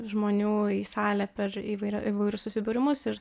žmonių į salę per ivairio įvairius susibūrimus ir